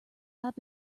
have